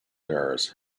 errors